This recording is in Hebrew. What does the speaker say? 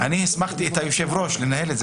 מחקנו את הראשון,